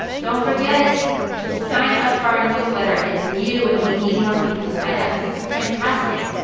don't forget to sign up for our newsletter. it's new and we need more people to sign up because it's fantastic.